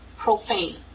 profane